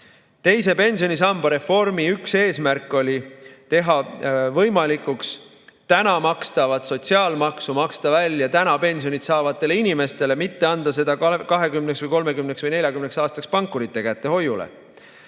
Teise pensionisamba reformi üks eesmärk oli teha võimalikuks täna makstav sotsiaalmaks maksta välja täna pensioni saavatele inimestele, mitte anda see 20 või 30 või 40 aastaks pankurite kätte hoiule.